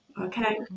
Okay